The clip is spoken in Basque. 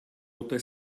ote